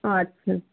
আচ্ছা